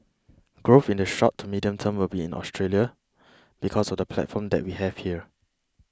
growth in the short to medium term will be in Australia because of the platform that we have here